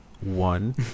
one